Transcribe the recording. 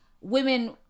women